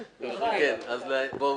אדוני,